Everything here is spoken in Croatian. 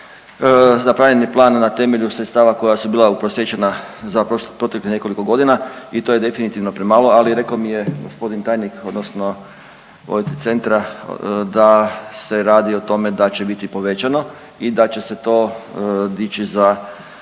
Napravljen je plan na temelju sredstava koja su bila uprosječena za proteklih nekoliko godina i to je definitivno premalo, ali rekao mi je g. tajnik odnosno voditelj centra da se radi o tome da će biti povećano i da će se to dići za